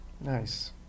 Nice